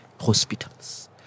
hospitals